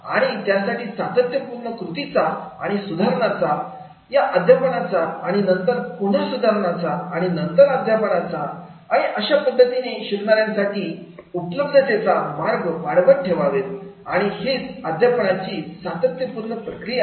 आणि त्यासाठी सातत्यपूर्ण कृतीचा आणि सुधारणांचा आणि अध्यापनाचा आणि नंतर पुन्हा सुधारणांचा आणि नंतर अध्यापनाचा आणि आणि अशा पद्धतीने शिकणाऱ्यांसाठी उपलब्धतेचे मार्ग वाढवत ठेवावेत आणि हीच आहे अध्यापनाची सातत्यपूर्ण प्रक्रिया